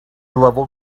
level